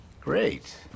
Great